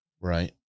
Right